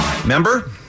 Remember